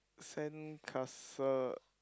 sand castle